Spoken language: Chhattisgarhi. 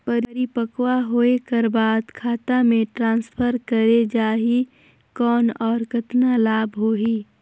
परिपक्व होय कर बाद खाता मे ट्रांसफर करे जा ही कौन और कतना लाभ होही?